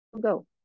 go